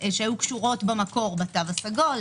שהיו קשורות במקור בתו הסגול,